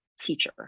teacher